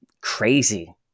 crazy